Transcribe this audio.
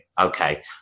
okay